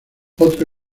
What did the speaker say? otro